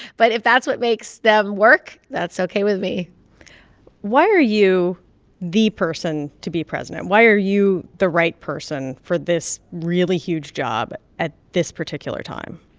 but if that's what makes them work, that's okay with me why are you the person to be president? why are you the right person for this really huge job at this particular time?